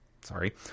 sorry